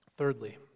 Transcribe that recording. Thirdly